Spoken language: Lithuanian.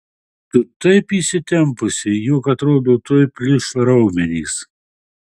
tu taip įsitempusi jog atrodo tuoj plyš raumenys